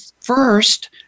first